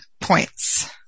points